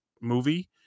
movie